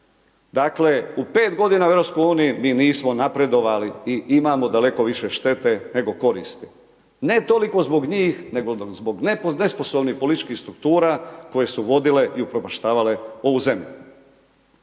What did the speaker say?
Dakle, u 5 g. u EU mi nismo napredovali i imamo daleko više štete nego koristi. Ne toliko zbog njih nego zbog nesposobnih političkih struktura, koje su vodile i upropaštavale ovu zemlju.